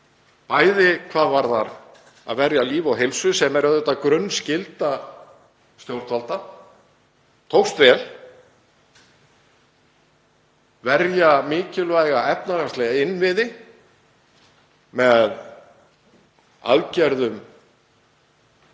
bæði hvað varðar að verja líf og heilsu, sem er auðvitað grunnskylda stjórnvalda, og síðan tókst vel að verja mikilvæga efnahagslega innviði með aðgerðum í